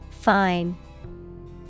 Fine